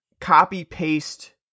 copy-paste